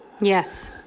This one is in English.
Yes